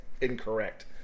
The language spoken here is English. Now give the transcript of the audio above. incorrect